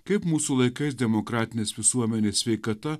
kaip mūsų laikais demokratinės visuomenės sveikata